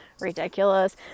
ridiculous